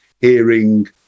hearing